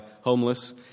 homeless